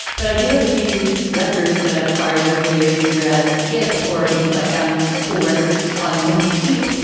but i do have a few records that i've acquired over the years, either as a gift or because i found some cool records on somebody's stoop.